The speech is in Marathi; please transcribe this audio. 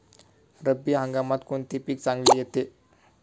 रब्बी हंगामात कोणते पीक चांगले येते?